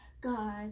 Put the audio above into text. God